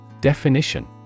Definition